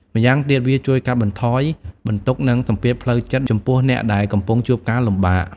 ម្យ៉ាងទៀត វាជួយកាត់បន្ថយបន្ទុក និងសម្ពាធផ្លូវចិត្តចំពោះអ្នកដែលកំពុងជួបការលំបាក។